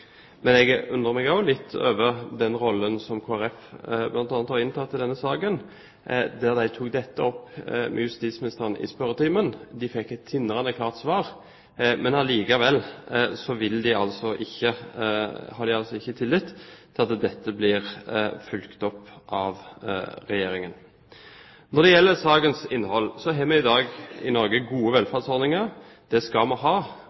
men jeg undrer meg litt over den rollen som bl.a. Kristelig Folkeparti har inntatt. De tok dette opp med justisministeren i spørretimen, og de fikk et tindrende klart svar. Men likevel har de altså ikke tillit til at dette blir fulgt opp av Regjeringen. Når det gjelder sakens innhold, har vi i dag gode velferdsordninger i Norge. Det skal vi ha.